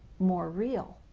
more real,